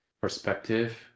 perspective